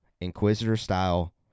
Inquisitor-style